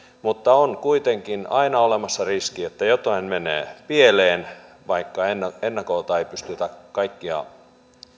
mutta on kuitenkin aina olemassa riski että jotain menee pieleen vaikka ennakolta ei pystytä kaikkia